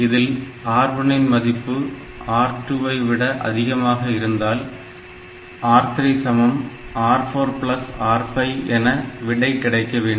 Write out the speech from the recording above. இதில் R1 இன் மதிப்பு R2 ஐ விட அதிகமாக இருந்தால் R3R4R5 என விடை கிடைக்க வேண்டும்